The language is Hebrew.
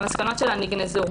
המסקנות שלה נגנזו.